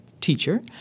teacher